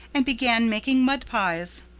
and began making mud pies.